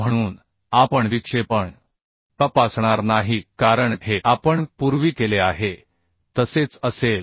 म्हणून आपण विक्षेपण तपासणार नाही कारण हे आपण पूर्वी केले आहे तसेच असेल